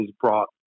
brought